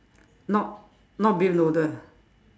not not beef noodle